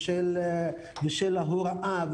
ושל ההוראה,